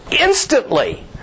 Instantly